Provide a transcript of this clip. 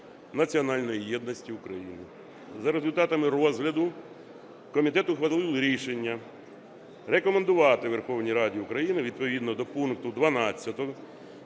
національної єдності України. За результатами розгляду комітет ухвалив рішення: рекомендувати Верховній Раді України відповідно до пункту 12